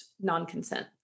non-consent